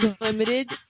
limited